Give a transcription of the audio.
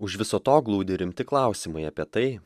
už viso to glūdi rimti klausimai apie tai